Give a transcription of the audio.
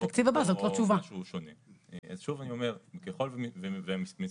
אז בואו נעצור הכל ואל תאשרו אף תוכנית בממשלה